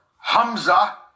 Hamza